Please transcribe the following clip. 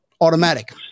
Automatic